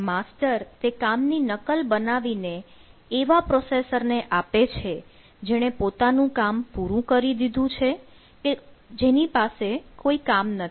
master તે કામની નકલ બનાવીને એવા પ્રોસેસર ને આપે છે જેણે પોતાનું કામ પૂરું કરી દીધું છે કે જેની પાસે કોઈ કામ નથી